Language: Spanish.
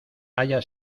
haya